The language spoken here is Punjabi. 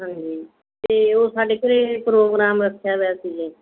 ਹਾਂਜੀ ਅਤੇ ਉਹ ਸਾਡੇ ਘਰ ਪ੍ਰੋਗਰਾਮ ਰੱਖਿਆ ਹੋਇਆ ਸੀਗਾ